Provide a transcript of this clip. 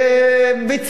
המצילים.